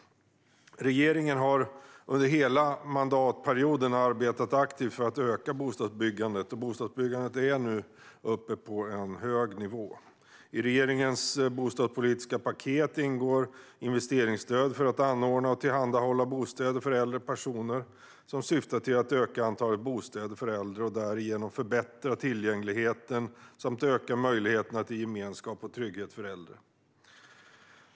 Regeringen har under hela mandatperioden arbetat aktivt för att öka bostadsbyggandet, och bostadsbyggandet är nu uppe på en hög nivå. I regeringens bostadspolitiska paket ingår investeringsstöd för att anordna och tillhandahålla bostäder för äldre personer som syftar till att öka antalet bostäder för äldre och därigenom förbättra tillgängligheten samt öka möjligheterna till gemenskap och trygghet för äldre.